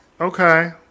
okay